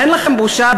אין לכם בושה?